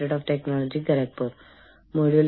ഈ കോഴ്സിൽ ഞാൻ നിങ്ങളെ സഹായിക്കുന്നു